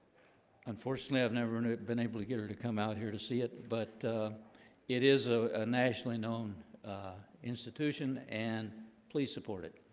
unfortunately, i've never and been able to get her to come out here to see it but it is a ah nationally known institution and please support it